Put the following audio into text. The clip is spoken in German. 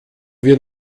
wir